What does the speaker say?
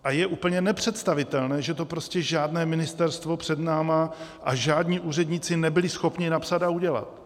A je úplně nepředstavitelné, že to prostě žádné ministerstvo před námi a žádní úředníci nebyli schopni napsat a udělat.